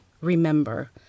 remember